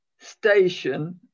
station